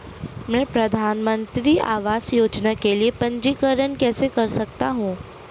मैं प्रधानमंत्री आवास योजना के लिए पंजीकरण कैसे कर सकता हूं?